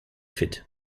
fit